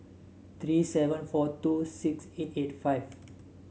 three seven four two six eight eight five